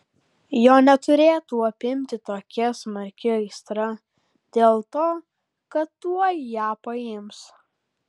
jo neturėtų apimti tokia smarki aistra dėl to kad tuoj ją paims